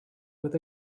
with